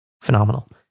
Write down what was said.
phenomenal